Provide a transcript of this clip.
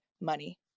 money